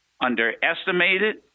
underestimated